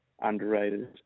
underrated